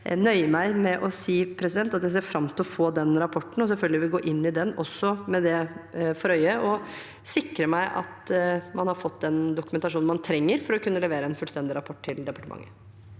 jeg nøyer meg med å si at jeg ser fram til å få den rapporten, og vil selvfølgelig gå inn i den også med det for øye å sikre at man har fått den dokumentasjonen man trenger for å kunne levere en fullstendig rapport til departementet.